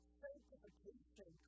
sanctification